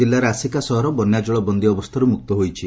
ଜିଲ୍ଲାର ଆସିକା ସହର ବନ୍ୟାଜଳ ବନ୍ଦୀ ଅବସ୍ଥାରୁ ମୁକ୍ତ ହୋଇଛି